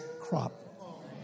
crop